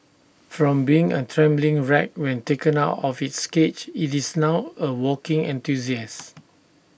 from being A trembling wreck when taken out of its cage IT is now A walking enthusiast